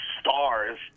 stars